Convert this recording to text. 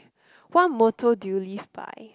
what motto do you live by